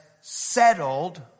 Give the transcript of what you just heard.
settled